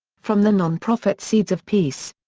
from the non-profit seeds of peace.